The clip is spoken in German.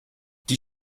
die